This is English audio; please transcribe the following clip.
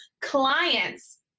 clients